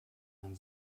man